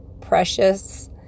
precious